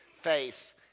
face